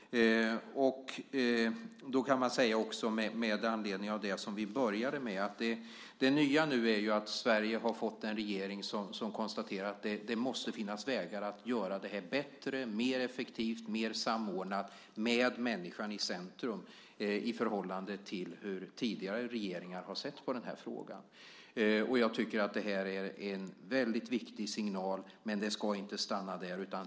Då kan man säga med anledning av det som vi började med att det nya nu är att Sverige har fått en regering som konstaterar att det måste finnas vägar att göra det här bättre, mer effektivt, mer samordnat och med människan i centrum i förhållande till hur tidigare regeringar har sett på den här frågan. Jag tycker att det här är en väldigt viktig signal, men det ska inte stanna där.